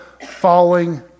falling